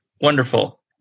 Wonderful